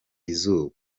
izuba